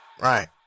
Right